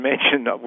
mentioned